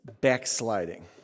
backsliding